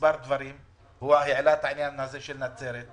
הוא העלה את העניין של נצרת.